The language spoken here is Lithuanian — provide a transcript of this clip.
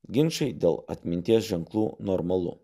ginčai dėl atminties ženklų normalu